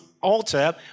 altar